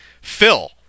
Phil